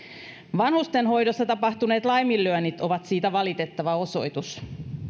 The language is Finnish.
vanhustenhoidossa tapahtuneet laiminlyönnit ovat siitä valitettava osoitus